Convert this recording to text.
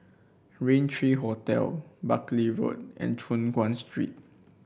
Raintr Hotel Buckley Road and Choon Guan Street